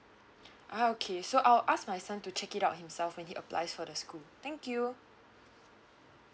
ah okay so I will ask my son to check it out himself when he applies for the school thank you